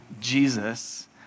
Jesus